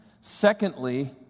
Secondly